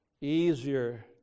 easier